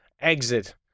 exit